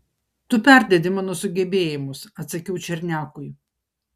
tu perdedi mano sugebėjimus atsakiau černiakui